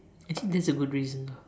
actually that's a good reason lah